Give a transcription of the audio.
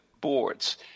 boards